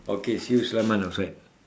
okay see you sulaiman outside